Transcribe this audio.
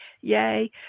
yay